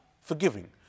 forgiving